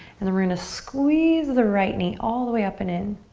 and then we're gonna squeeze the right knee all the way up and in.